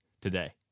today